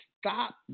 stop